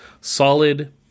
solid